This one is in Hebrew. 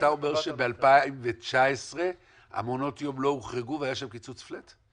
אתה אומר שב-2019 מעונות היום לא הוחרגו והיה שם קיצוץ פלאט?